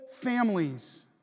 families